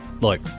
Look